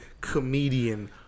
comedian